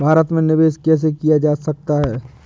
भारत में निवेश कैसे किया जा सकता है?